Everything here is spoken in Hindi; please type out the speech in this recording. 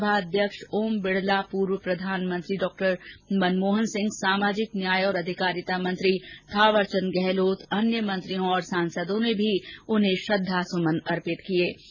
लोकसभा अध्यक्ष ओम बिड़ला पूर्व प्रधानमंत्री डॉ मनमोहन सिंह सामाजिक न्याय और अधिकारिता मंत्री थावरचंद गहलोत अन्य मंत्रियों और सांसदों ने भी उन्हें श्रद्वा सुमन अर्पित किए